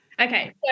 Okay